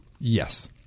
Yes